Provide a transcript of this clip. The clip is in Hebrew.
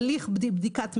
הליך בדיקת מידע,